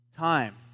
time